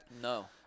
no